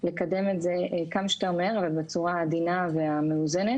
לקדם את זה כמה שיותר מהר אבל בצורה העדינה והמאוזנת,